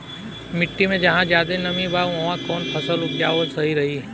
मिट्टी मे जहा जादे नमी बा उहवा कौन फसल उपजावल सही रही?